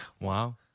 Wow